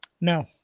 No